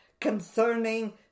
concerning